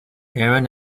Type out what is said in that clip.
erin